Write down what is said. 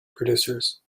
producers